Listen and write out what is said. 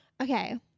Okay